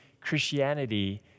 Christianity